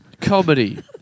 Comedy